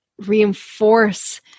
Reinforce